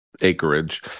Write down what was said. acreage